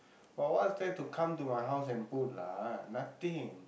but what's there to come to my house and put lah nothing